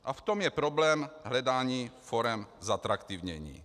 A v tom je problém hledání forem zatraktivnění.